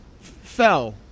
fell